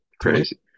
Crazy